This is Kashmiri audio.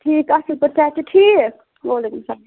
ٹھیٖک اَصٕل پٲٹھۍ صحت چھا ٹھیٖک وعلیکُم اسلام